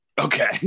Okay